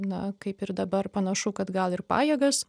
na kaip ir dabar panašu kad gal ir pajėgas